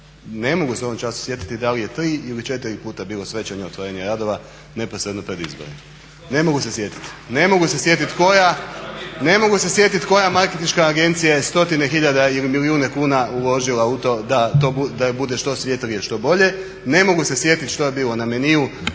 se ovog časa sjetiti da li je 3 ili 4 puta bilo svečano otvorenje radova, neposredno pred izbore, ne mogu se sjetiti. Ne mogu se sjetiti koja marketinška agencija je stotine hiljada ili milijune kuna uložila u to da bude što svjetlije, što bolje, ne mogu se sjetiti što je bilo na meniu,